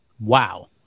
Wow